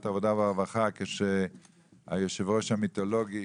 העבודה והרווחה כשהיושב-ראש המיתולוגי